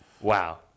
Wow